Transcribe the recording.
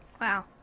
Wow